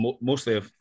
mostly